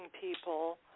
people